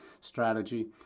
strategy